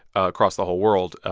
across the whole world,